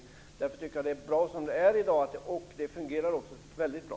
Därför tycker jag att det är bra som det är i dag. Det fungerar också väldigt bra.